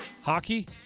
Hockey